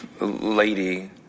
lady